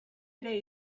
ere